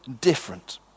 different